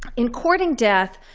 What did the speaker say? in courting death,